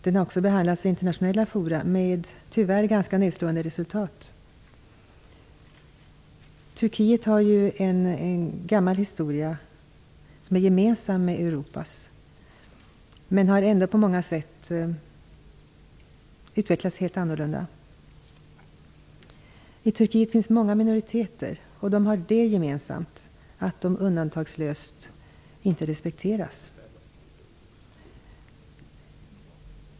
Den har också behandlats i internationella forum med tyvärr ganska nedslående resultat. Turkiet har ju en gammal historia som är gemensam med Europas, men landet har ändå på många sätt utvecklats helt annorlunda. I Turkiet finns många minoriteter. De har det gemensamt att de undantagslöst inte respekteras.